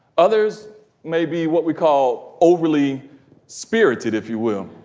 others may be what we call overly spirited if you will.